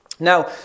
Now